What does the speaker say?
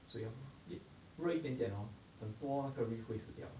所以 hor 一热一点点 hor 很多那个 reef 会死掉 ah